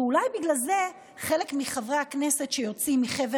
אולי בגלל זה חלק מחברי הכנסת שיוצאים מחבר